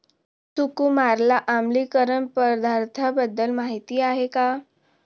सुकुमारला आम्लीकरण पदार्थांबद्दल माहिती आहे का?